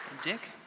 Dick